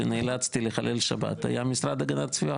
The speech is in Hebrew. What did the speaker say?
שנאלצתי לחלל שבת היה משרד הגנת הסביבה.